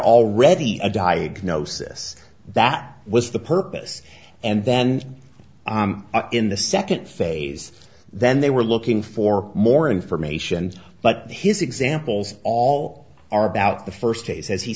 already a diagnosis that was the purpose and then in the second phase then they were looking for more information but his examples all are about the first a says h